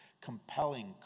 compelling